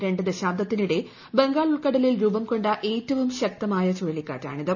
രണ്ട് ദശാബ്ദത്തിനിടെ ബംഗാൾ ഉൾക്കടലിൽ രൂപം കൊണ്ട ഏറ്റവും ശക്തമായ ചുഴലിക്കാറ്റാണിത്